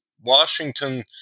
Washington